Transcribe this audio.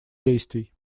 действий